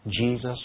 Jesus